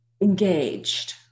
engaged